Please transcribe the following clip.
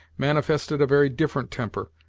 manifested a very different temper,